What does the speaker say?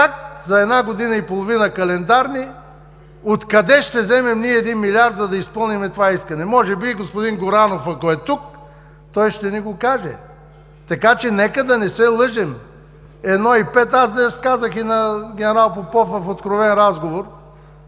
за една година и половина, календарни, откъде ще вземем 1 милиард., за да изпълним това искане? Може би господин Горанов, ако е тук, той ще ни каже. Нека да не се лъжем 1,5, аз днес казах и на генерал Попов в откровен разговор